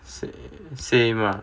same same lah